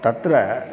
तत्र